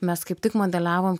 mes kaip tik modeliavom